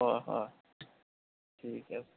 হয় হয় ঠিক আছে